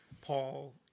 Paul